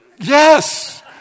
Yes